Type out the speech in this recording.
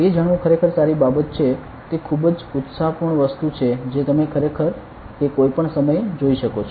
તે જાણવું ખરેખર સારી બાબત છે તે ખૂબ જ ઉત્સાહપૂર્ણ વસ્તુ છે જે તમે ખરેખર તે કોઈપણ સમયે જોઈ શકો છો